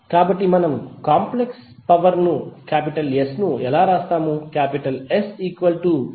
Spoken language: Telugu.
కాబట్టి మనం కాంప్లెక్స్ పవర్ S ను ఎలా వ్రాస్తాము